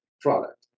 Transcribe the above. product